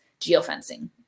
geofencing